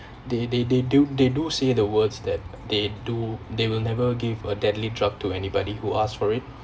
they they they do they do say the words that they do they will never give a deadly drug to anybody who ask for it